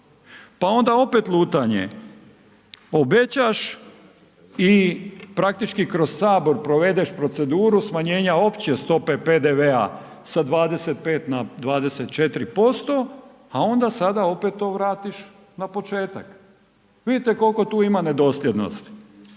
Pa onda opet lutanje, obećaš i praktički kroz sabor provedeš proceduru smanjenja opće stope PDV-a sa 25 na 24%, a onda sada opet to vratiš na početak. Vidite koliko tu ima nedosljednosti.